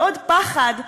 ועוד פחד,